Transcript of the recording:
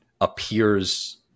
appears